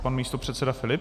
Pan místopředseda Filip?